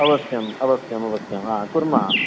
अवश्यम् अवश्यम् अवश्यम् कुर्मः